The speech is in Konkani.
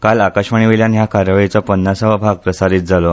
काल आकाशवाणीवेल्यान ह्या कार्यावळीचो पन्नासावो भाग प्रसारीत जालो